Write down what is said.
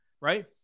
Right